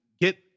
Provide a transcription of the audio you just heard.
get